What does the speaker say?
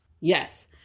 Yes